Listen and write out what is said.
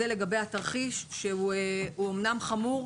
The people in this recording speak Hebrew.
זה לגבי התרחיש, שהוא אמנם חמור,